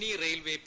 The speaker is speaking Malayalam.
E railway P